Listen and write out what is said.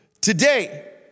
Today